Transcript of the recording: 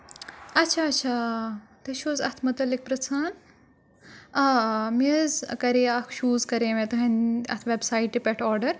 اچھا اچھا تُہۍ چھِو حظ اَتھ مُتعلِق پِرٛژھان آ آ مےٚ حظ کَرے اَکھ شوٗز کَرے مےٚ تُہٕنٛدِ اَتھ وٮ۪ب سایٹہِ پٮ۪ٹھ آرڈَر